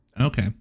Okay